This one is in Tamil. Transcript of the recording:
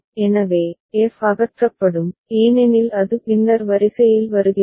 எனவே f அகற்றப்படும் ஏனெனில் அது பின்னர் வரிசையில் வருகிறது